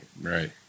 Right